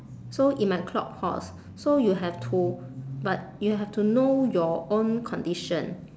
so it might clog pores so you have to but you have to know your own condition